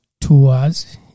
tours